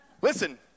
listen